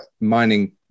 mining